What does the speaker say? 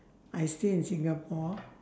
I stay in singapore